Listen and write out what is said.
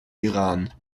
iran